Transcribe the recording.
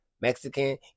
Mexican